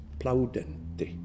plaudente